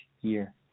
year